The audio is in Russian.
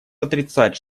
отрицать